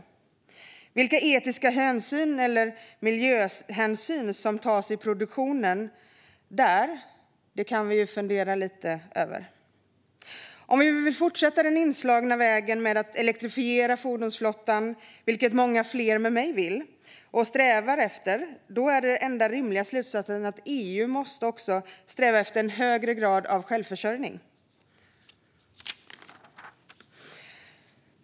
Vilka etiska hänsyn eller miljöhänsyn som tas i produktionen där kan vi fundera lite över. Om vi vill fortsätta på den inslagna vägen med att elektrifiera fordonsflottan, vilket många med mig vill och eftersträvar, är den enda rimliga slutsatsen att EU måste sträva efter en högre grad av självförsörjning.